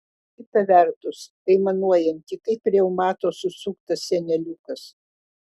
kita vertus aimanuojanti kaip reumato susuktas seneliukas